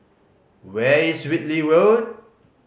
where is Whitley Road